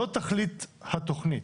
זאת תכלית התכנית.